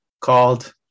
called